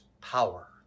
power